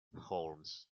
holmes